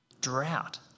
drought